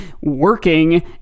working